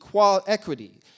equity